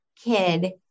kid